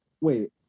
wait